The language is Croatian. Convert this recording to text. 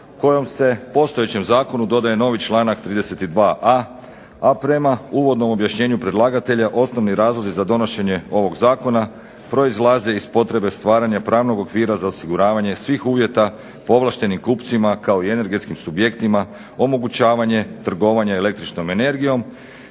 kojom se postojećem zakonu dodaje novi članak 32.a, a prema uvodnom objašnjenju predlagatelja osnovni razlozi za donošenje ovog zakona proizlaze iz potrebe stvaranja pravnog okvira za osiguravanje svih uvjeta povlaštenim kupcima kao i energetskim subjektima omogućavanje trgovanje električnom energijom,